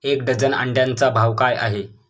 एक डझन अंड्यांचा भाव काय आहे?